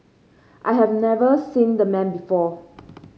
I have never seen the man before